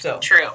True